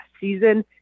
season